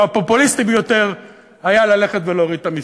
הפופוליסטי ביותר היה ללכת ולהוריד את המסים.